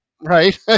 right